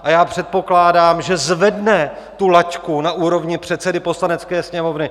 A já předpokládám, že zvedne tu laťku na úrovni předsedy Poslanecké sněmovny.